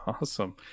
Awesome